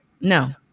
no